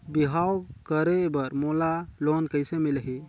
बिहाव करे बर मोला लोन कइसे मिलही?